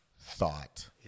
thought